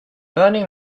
burning